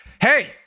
hey